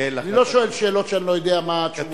אני לא שואל שאלות שאני לא יודע מה התשובות עליהן.